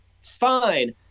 fine